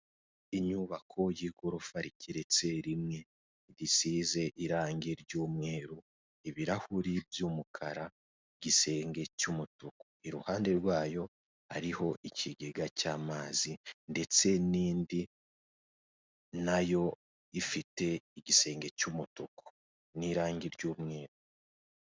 Inyubako y'igorofa rigeretse rimwe risize irange ry'umweru ibirahure by'umukara igisenge cy'umutuku, iruhande rwayo hariho ikigega cy'amazi ndetse n'indi nayo ifite igisenge cy'umutuku n'irange ry'umweru.